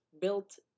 built